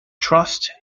trust